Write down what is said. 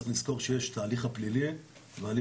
צריך לזכור שיש את ההליך הפלילי וההליך